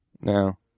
No